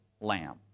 lamb